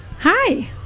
Hi